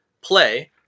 play